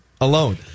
alone